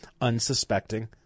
unsuspecting